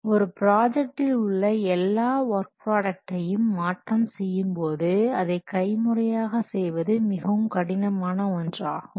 எனவே ஒரு ப்ராஜக்டில் உள்ள எல்லா ஒர்க் ப்ராடக்டையும் மாற்றம் செய்யும்போது அதை கைமுறையாக செய்வது மிகவும் கடினமான ஒன்றாகும்